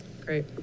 Great